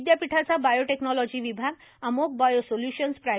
विद्यापीठाचा बॉयोटेक्नॉलॉजी विभागअमोघ बॉयोसोल्य्शन्स प्रा